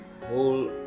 whole